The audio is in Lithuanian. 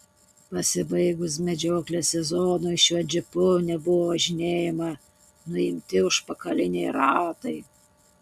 pasibaigus medžioklės sezonui šiuo džipu nebuvo važinėjama nuimti užpakaliniai ratai